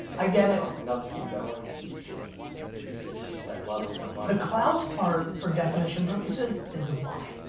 i get it. and i'll just keep goin'. it's it's just, i love it so much. the clouds part for definition purposes is the why.